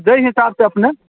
जाहि हिसाब से अपने